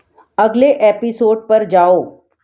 अगले एपिसोड पर जाओ